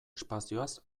espazioaz